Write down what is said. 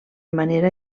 manera